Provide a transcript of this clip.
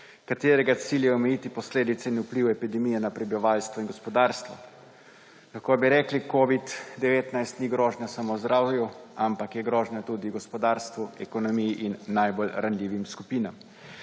katerega cilj je omiliti posledice in vpliv epidemije na prebivalstvo in gospodarstvo. Lahko bi rekli, covid-19 ni grožnja samo zdravju, ampak je grožnja tudi gospodarstvu, ekonomiji in najbolj ranljivim skupinam.